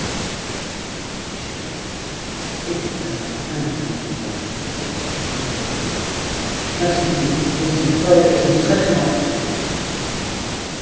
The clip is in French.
le roi de la chine extrêmement indigné contre la princesse lui repartit ma fille vous êtes une folle et je vous traiterai en folle en ef